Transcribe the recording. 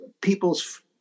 people's